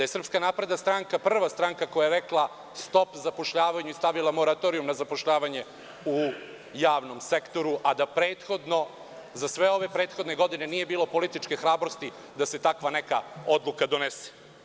Srpska napredna stranka je prva stranka koja je rekla – stop zapošljavanju i stavila moratorijum na zapošljavanje u javnom sektoru, a prethodno za sve ove godine nije bilo političke hrabrosti da se takva odluka donese.